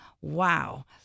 wow